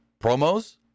promos